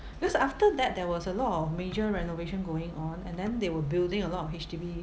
because after that there was a lot of major renovation going on and then they were building a lot of H_D_B